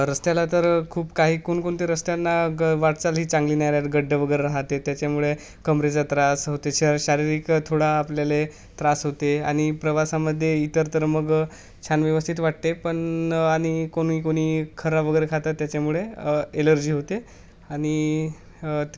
रस्त्याला तर खूप काही कोणकोणते रस्त्यांना ग वाटचालही चांगली नाही राहत गड्डे वगैरे राहते त्याच्यामुळे कमरेचा त्रास होते श शारीरिक थोडा आपल्याले त्रास होते आनि प्रवासामध्ये इतर तर मग छान व्यवस्थित वाटते पण आणि कोणी कोणी खरा वगैरे खात त्याच्यामुळे एलर्जी होते आणि